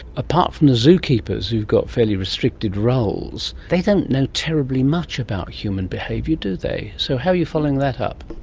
apart from the zoo keepers, who have got fairly restricted roles, they don't know terribly much about human behaviour, do they. so how are you following that up?